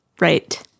Right